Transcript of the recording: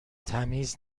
تمیز